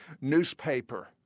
newspaper